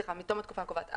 סליחה, "מתום התקופה הקובעת".